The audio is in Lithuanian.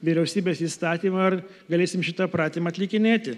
vyriausybės įstatymą ir galėsim šitą pratimą atlikinėti